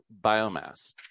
biomass